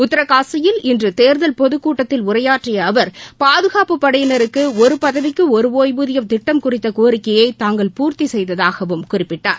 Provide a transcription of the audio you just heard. உத்தரகாஷி யில் இன்று தேர்தல் பொதுக்கூட்டத்தில் உரையாற்றிய அவர் பாதுகாப்புப் படையினருக்கு ஒரு பதவிக்கு ஒரு ஒய்வூதியம் திட்டம் குறித்த கோரிக்கையை தாங்கள் பூர்த்தி செய்ததாகவும் குறிப்பிட்டார்